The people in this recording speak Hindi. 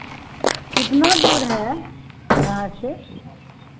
कितना दूर है यहाँ से